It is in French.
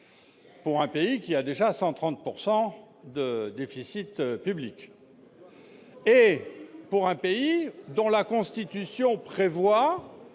pour un pays qui a déjà 130 % de déficit public et dont la Constitution prévoit